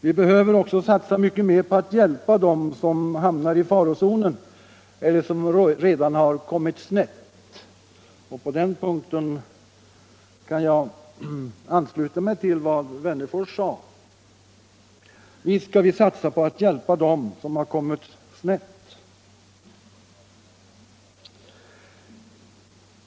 Vi behöver satsa mycket mer på att hjälpa dem som hamnar i farozonen eller som redan har kommit snett. På den punkten kan jag ansluta mig till vad herr Wennerfors sade. Visst skall vi satsa på att hjälpa dem som har kommit snett.